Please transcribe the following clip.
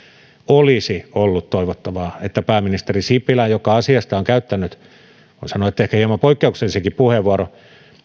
olisi toivottavaa että pääministeri sipilä joka asiasta on käyttänyt voi sanoa ehkä hieman poikkeuksellisenkin puheenvuoron